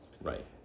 Right